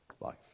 life